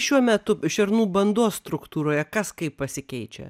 šiuo metu šernų bandos struktūroje kas kaip pasikeičia